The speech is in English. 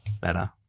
better